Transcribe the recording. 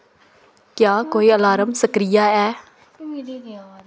क्या कोई अलार्म सक्रिय ऐ